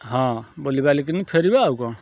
ହଁ ବୁଲି ବାଲିକିନି ଫେରିବା ଆଉ କ'ଣ